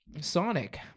Sonic